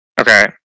Okay